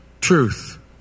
truth